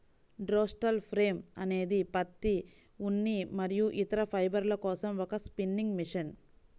throstle frame అనేది పత్తి, ఉన్ని మరియు ఇతర ఫైబర్ల కోసం ఒక స్పిన్నింగ్ మెషిన్